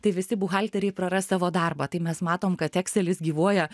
tai visi buhalteriai praras savo darbą tai mes matom kad ekselis gyvuoja